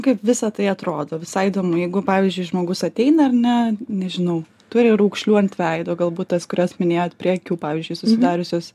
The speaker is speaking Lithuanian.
kaip visa tai atrodo visai įdomu jeigu pavyzdžiui žmogus ateina ar ne nežinau turi raukšlių ant veido galbūt tas kurias minėjot prie akių pavyzdžiui susidariusios